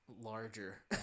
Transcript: larger